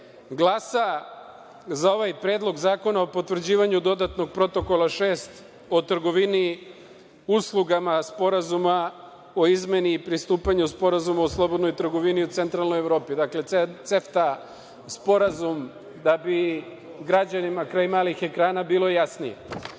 glasa za ovaj Predlog zakona o potvrđivanju Dodatnog protokola 6 o trgovini uslugama Sporazuma o izmeni i pristupanju Sporazumu o slobodnoj trgovini u Centralnoj Evropi, dakle CEFTA sporazum, da bi građanima kraj malih ekrana bilo jasnije? Srbija